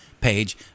page